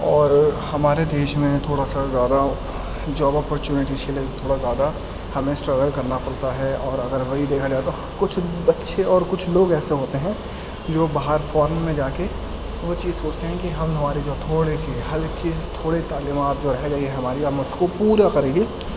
اور ہمارے دیش میں تھوڑا سا زیادہ جاب اپورچنیٹیز کے لیے تھوڑا زیادہ ہمیں اسٹرگل کرنا پڑتا ہے اور اگر وہی دیکھا جائے تو کچھ بچے اور کچھ لوگ ایسے ہوتے ہیں جو باہر فارن میں جا کے وہ چیز سوچتے ہیں کہ ہم ہماری جو تھوڑی سی ہلکی تھوڑی تعلیمات جو ہے رہ گئی ہے ہماری ہم اس کو پورا کریں گے